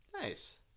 nice